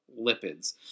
lipids